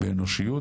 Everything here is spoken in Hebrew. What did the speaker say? באנושיות